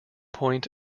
point